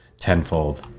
tenfold